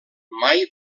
mai